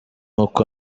uko